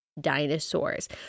dinosaurs